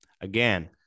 again